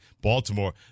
Baltimore